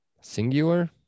Singular